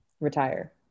retire